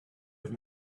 have